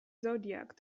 zodiac